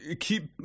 keep